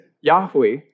Yahweh